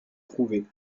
trouvés